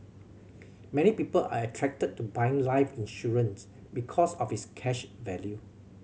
many people are attracted to buying life insurance because of its cash value